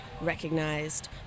recognized